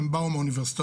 הם באו מהאוניברסיטאות,